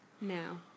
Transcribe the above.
Now